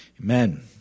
Amen